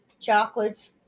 chocolates